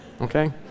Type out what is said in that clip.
okay